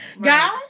God